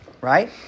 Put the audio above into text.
right